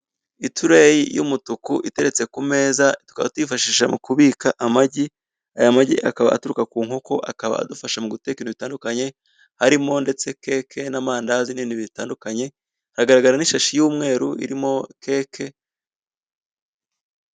Utureyi y'umutuku iteretse ku meza tukaba tuyifashisha mu kubika amagi, aya magi akaba aturuka ku nkoko akaba adufasha mu guteka ibintu bitandukanye harimo ndetse keke n'amandazi n'ibintu bitandukanye, hagaragara n'ishashi y'umweru irimo keke.